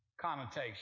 connotation